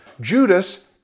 Judas